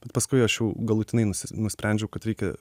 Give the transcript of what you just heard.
bet paskui aš jau galutinai nusi nusprendžiau kad reikia